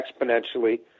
exponentially